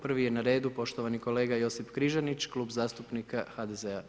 Prvi je na redu poštovani kolega Josip Križanić, Klub zastupnika HDZ-a.